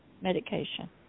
medication